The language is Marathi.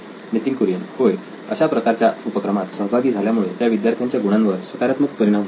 नितीन कुरियन होय अशा प्रकारच्या उपक्रमात सहभागी झाल्यामुळे त्या विद्यार्थ्यांच्या गुणांवर सकारात्मक परिणाम होईल